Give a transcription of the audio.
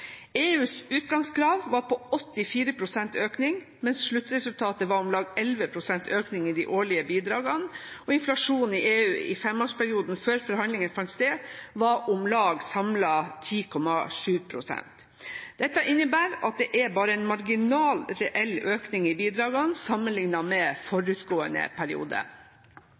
EUs utgangskrav var på 84 pst. økning, mens sluttresultatet var om lag 11 pst. økning i de årlige bidragene. Inflasjonen i EU i femårsperioden før forhandlingene fant sted, var samlet om lag 10,7 pst. Dette innebærer at det bare var en marginal reell økning i bidragene sammenlignet med forutgående periode.